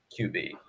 QB